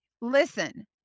listen